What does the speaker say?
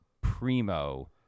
primo